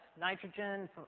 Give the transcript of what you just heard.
nitrogen